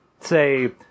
say